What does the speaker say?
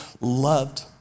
loved